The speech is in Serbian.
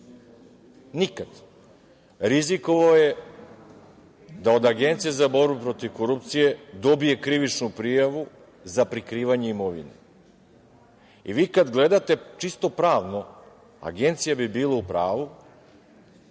nikada, rizikovao je da od Agencije za borbu protiv korupcije dobije krivičnu prijavu za prikrivanje imovine. I vi kada gledate, čisto pravno, Agencija bi bila u pravu